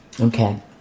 Okay